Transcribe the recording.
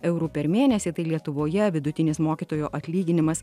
eurų per mėnesį tai lietuvoje vidutinis mokytojo atlyginimas